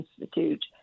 Institute